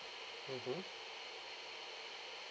mmhmm